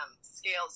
scales